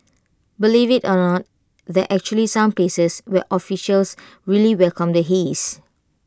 believe IT or not there actually some places where officials really welcome the haze